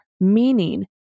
meaning